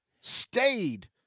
stayed